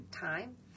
time